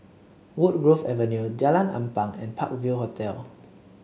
Woodgrove Avenue Jalan Ampang and Park View Hotel